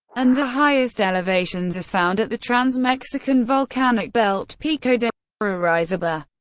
and the highest elevations are found at the trans-mexican volcanic belt pico de orizaba,